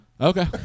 Okay